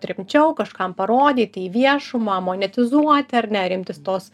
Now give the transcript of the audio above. rimčiau kažkam parodyti į viešumą monetizuoti ar ne ar imtis tos